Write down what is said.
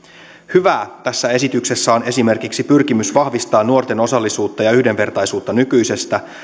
hyvää tässä esityksessä on esimerkiksi pyrkimys vahvistaa nuorten osallisuutta ja yhdenvertaisuutta nykyisestä